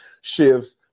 shifts